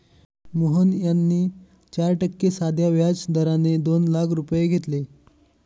मोहन यांनी चार टक्के साध्या व्याज दराने दोन लाख रुपये घेतले